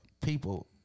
people